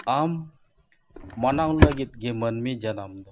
ᱟᱢ ᱢᱟᱱᱟᱣ ᱞᱟᱹᱜᱤᱫ ᱜᱮ ᱢᱟᱹᱱᱢᱤ ᱡᱚᱱᱚᱢ ᱫᱚ